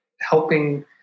helping